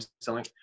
selling